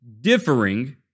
differing